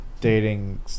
dating